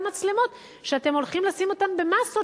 מצלמות שאתם הולכים לשים אותן במאסות,